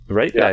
right